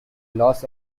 los